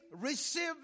received